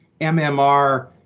MMR